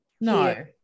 no